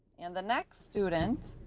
and the next student